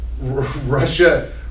Russia